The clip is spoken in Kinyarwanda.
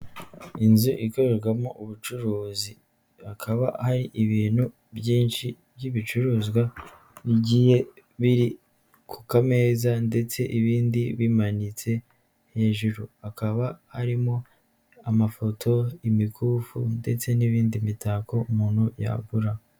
Inzu ikorerwamo ubucuruzi akaba hari ibintu byinshi by'ibicuruzwa bigiye biri kukameza ndetse ibindi bimanitse hejuru, hakaba harimo amafoto imikufu ndetse n'indi mitako umuntu yagura.